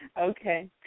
Okay